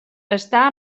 està